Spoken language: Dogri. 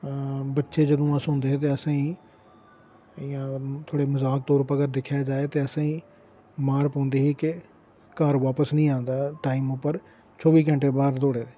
बच्चे जदूं अस होंदे हे ते असेंगी इयां थोह्ड़े मजाक दे तौरा पर गै दिक्खेआ जाए ते असेंगी मार पौंदी ही के घर बापस नेईं औंदा टाइम उप्पर चौह्बी घैण्टे बाह्र दौड़े दे